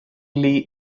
lee